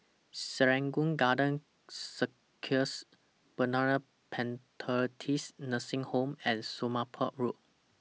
Serangoon Garden Circus Bethany Methodist Nursing Home and Somapah Road